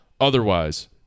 Otherwise